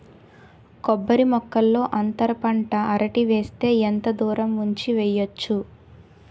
కొబ్బరి మొక్కల్లో అంతర పంట అరటి వేస్తే ఎంత దూరం ఉంచి వెయ్యొచ్చు?